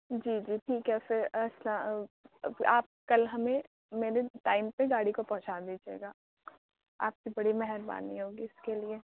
جی جی ٹھیک ہے پھر آپ کل ہمیں میرے ٹائم پہ گاڑی کو پہنچا دیجیے گا آپ کی بڑی مہربانی ہوگی اِس کے لیے